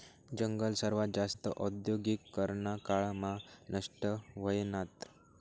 जंगल सर्वात जास्त औद्योगीकरना काळ मा नष्ट व्हयनात